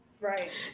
Right